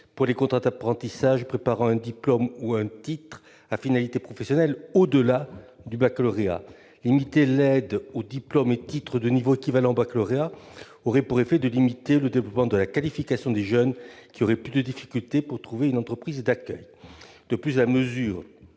pour les contrats d'apprentissage préparant à un diplôme ou à un titre à finalité professionnelle au-delà du baccalauréat. Circonscrire l'aide aux diplômes et titres de niveau équivalent au baccalauréat aurait pour effet de limiter le développement de la qualification des jeunes, qui auraient plus de difficultés pour trouver une entreprise d'accueil. De plus, la mesure